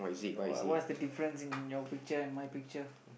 what what what's the difference in your picture and my picture